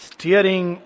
Steering